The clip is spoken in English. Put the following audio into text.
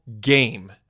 game